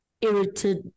irritated